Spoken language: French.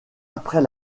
après